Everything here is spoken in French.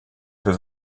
peut